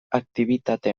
aktibitate